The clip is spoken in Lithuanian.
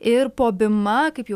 ir po bima kaip jau